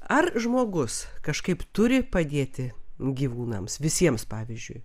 ar žmogus kažkaip turi padėti gyvūnams visiems pavyzdžiui